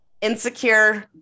insecure